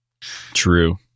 True